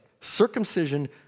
circumcision